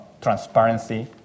transparency